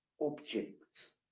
objects